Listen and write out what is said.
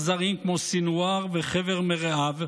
נגד אויבים אכזריים כמו סנוואר וחבר מרעיו,